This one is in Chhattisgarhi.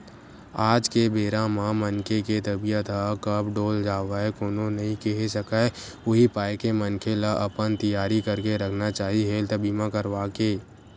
आज के बेरा म मनखे के तबीयत ह कब डोल जावय कोनो नइ केहे सकय उही पाय के मनखे ल अपन तियारी करके रखना चाही हेल्थ बीमा करवाके